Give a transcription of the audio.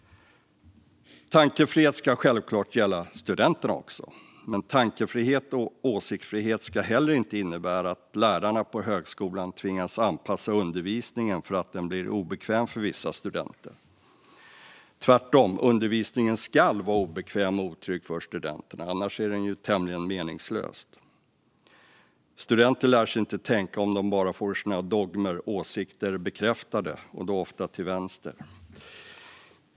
Tankefrihet ska självklart gälla också studenterna. Men tankefrihet och åsiktsfrihet ska inte heller innebära att lärarna på högskolan tvingas anpassa undervisningen för att den blir obekväm för vissa studenter. Tvärtom, undervisningen ska vara obekväm och otrygg för studenterna, annars är den tämligen meningslös. Studenter lär sig inte tänka om de bara får sina dogmer och åsikter bekräftade, och då ofta till vänster.